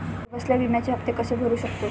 घरबसल्या विम्याचे हफ्ते कसे भरू शकतो?